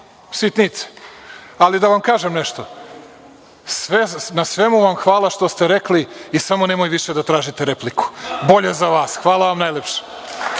sitnice. Ali da vam kažem nešto, na svemu vam hvala što ste rekli i samo nemoj više da tražite repliku, bolje za vas. Hvala vam najlepše.(Bojan